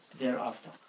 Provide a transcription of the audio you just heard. thereafter